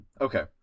Okay